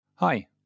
Hi